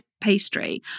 pastry